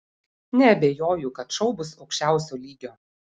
neabejoju kad šou bus aukščiausio lygio